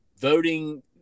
voting